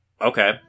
okay